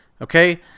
Okay